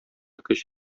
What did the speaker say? көч